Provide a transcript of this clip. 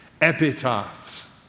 epitaphs